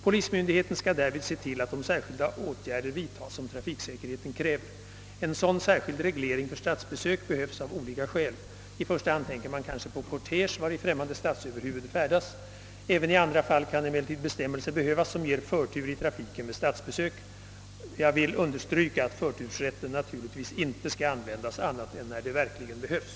Polismyndigheten skall därvid se till att de särskilda åtgärder vidtas som trafiksäkerheten kräver. En sådan särskild reglering för statsbesök behövs av olika skäl. I första hand tänker man kanske på kortege, vari främmande statsöverhuvud färdas. Även i andra fall kan emellertid bestämmelser behövas som ger förtur i trafiken vid statsbesök. Jag vill understryka att förtursrätten naturligtvis inte skall användas annat än när det verkligen behövs.